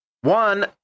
One